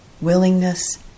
Willingness